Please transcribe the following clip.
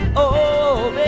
oh.